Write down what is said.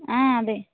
అదే